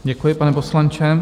Děkuji, pane poslanče.